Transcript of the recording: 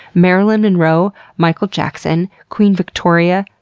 marilyn monroe, michael jackson, queen victoria,